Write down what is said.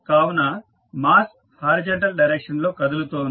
కావున mass horizontal direction లో కదులుతోంది